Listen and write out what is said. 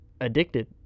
addicted